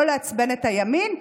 לא לעצבן את הימין,